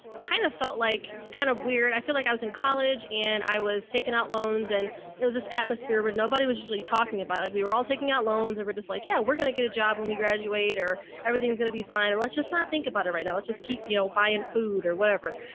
kind of felt like kind of weird. i feel like i was in college and i was taking out loans and it was this atmosphere, but nobody was really talking about it like we were all taking out loans or were just like, yeah, we're going to get a job when we graduate, or everything's going to be fine, and let's just not think about it right now. let's just keep, you know, buying food or whatever.